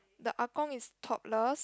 the ah-gong is topless